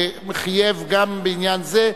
חייב גם בעניין זה,